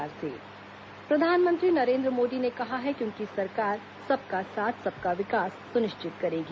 प्रधानमंत्री वाराणसी प्रधानमंत्री नरेन्द्र मोदी ने कहा है कि उनकी सरकार सबका साथ सबका विकास सुनिश्चित करेगी